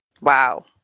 Wow